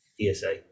ESA